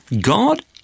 God